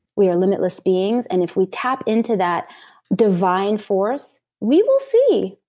we are limitless beings, and if we tap into that divine force, we will see,